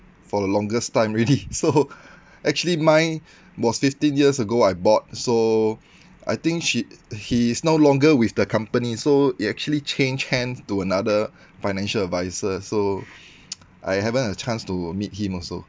for the longest time really so actually mine was fifteen years ago I bought so I think she he is no longer with the company so it actually change hand to another financial advisor so I haven't had a chance to meet him also